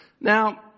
Now